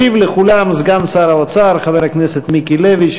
ישיב לכולם סגן שר האוצר חבר הכנסת מיקי לוי,